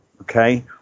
okay